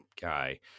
guy